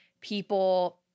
people